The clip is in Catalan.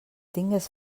tingues